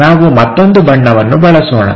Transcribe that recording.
ನಾವು ಮತ್ತೊಂದು ಬಣ್ಣವನ್ನು ಬಳಸೋಣ